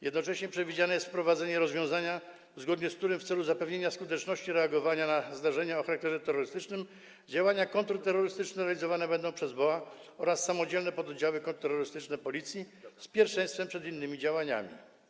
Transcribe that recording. Jednocześnie przewidziane jest wprowadzenie rozwiązania, zgodnie z którym w celu zapewnienia skuteczności reagowania na zdarzenia o charakterze terrorystycznym działania kontrterrorystyczne realizowane będą przez BOA oraz samodzielne pododdziały kontrterrorystyczne Policji z pierwszeństwem przed innymi działaniami.